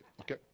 okay